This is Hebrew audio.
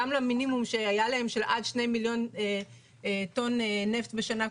גם למינימום של עד שני מיליון טון נפט בשנה,